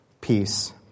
Peace